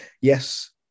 yes